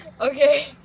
okay